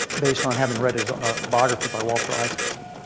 based on having read his biography by walter isaacson.